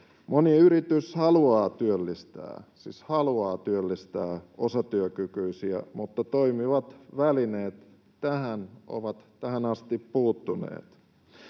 siis haluaa työllistää, osatyökykyisiä, mutta toimivat välineet tähän ovat tähän asti puuttuneet.